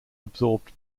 absorbed